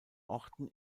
orten